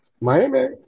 Miami